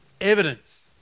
evidence